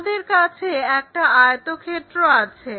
আমাদের কাছে একটা আয়তক্ষেত্র আছে